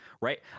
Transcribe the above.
right